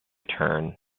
turn